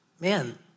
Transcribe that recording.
man